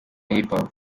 hiphop